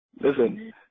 Listen